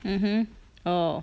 mmhmm orh